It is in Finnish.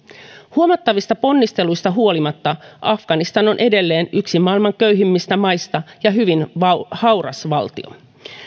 huomattavista ponnisteluista huolimatta afganistan on edelleen yksi maailman köyhimmistä maista ja hyvin hauras valtio